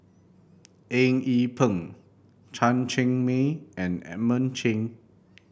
Eng Yee Peng Chen Cheng Mei and Edmund Cheng